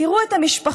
תראו את המשפחות